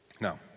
Now